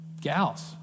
Gals